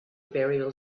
burial